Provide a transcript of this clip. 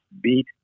beat